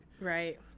Right